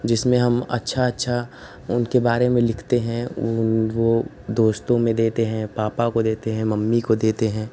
जिसमें हम अच्छा अच्छा उनके बारे में लिखते हैं दोस्तो में देते हैं पापा को देते हैं मम्मी को देते हैं